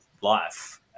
life